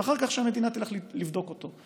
ואחר כך שהמדינה תלך לבדוק אותו.